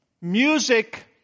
music